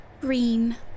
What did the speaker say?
Green